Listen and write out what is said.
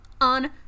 on